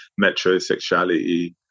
metrosexuality